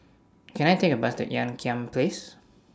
Can I Take A Bus to Ean Kiam Place